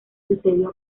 sucedió